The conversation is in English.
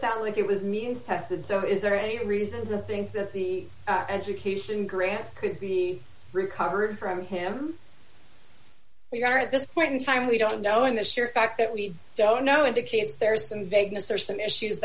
sound like it was means tested so is there any reason to think that the education grant could be recovered from him we are at this point in time we don't know in the sheer fact that we don't know